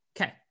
Okay